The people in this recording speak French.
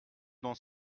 dans